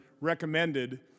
recommended